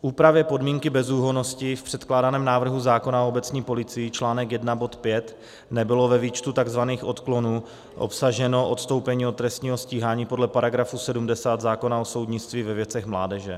v úpravě podmínky bezúhonnosti v předkládaném návrhu zákona o obecní policii, čl. I bod 5, nebylo ve výčtu tzv. odklonů obsaženo odstoupení od trestního stíhání podle § 70 zákona o soudnictví ve věcech mládeže;